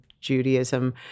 Judaism